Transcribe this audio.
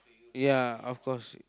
ya of course